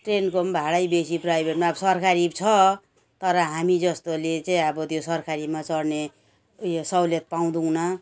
ट्रेनको पनि भाडै बेसी प्राइभेटमा अब सरकारी छ तर हामी जस्तोले चाहिँ अब त्यो सरकारीमा चढ्ने उयो सहुलियत पाउँदौन